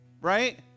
Right